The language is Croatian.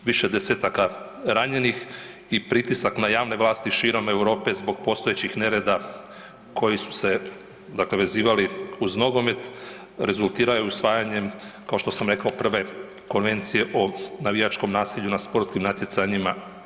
Više desetaka ranjenih i pritisak na javne vlasti širom Europe zbog postojećih nereda koji su se, dakle, vezivali uz nogomet, rezultirao je usvajanjem, kao što sam rekao, prve Konvencije o navijačkom nasilju na sportskim natjecanjima.